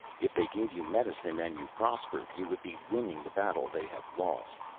if they gave you medicine and you prospered, you would be winning the battle they have lost.